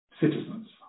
citizens